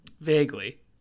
Vaguely